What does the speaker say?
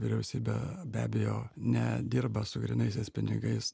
vyriausybė be abejo ne dirba su grynaisiais pinigais